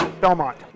Belmont